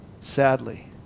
Sadly